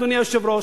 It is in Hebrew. אדוני היושב-ראש,